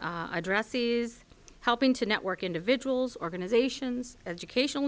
addresses helping to network individuals organizations educational